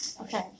Okay